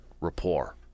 rapport